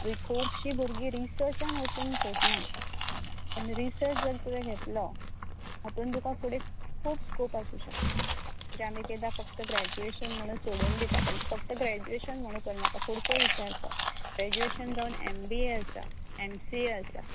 खुबशीं भुरगीं रिसचान वचूंक सोदनात पण रिसच जर तुंवें घेतलो हातून तुका फुडें खूब स्कोप आसूं शकता जाने के बा फक्त ग्रॅजुएशन म्हुणू सोडून दिता पण तीं फक्त ग्रॅजुएशन म्हुणू करनाका फुडचो विचार कर ग्रॅजुएशन जावन एम बी ए आसा एम सी ए आसा